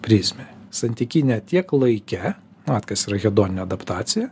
prizmę santykinę tiek laike na vat kas yra hedoninė adaptacija